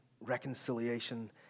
reconciliation